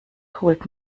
holt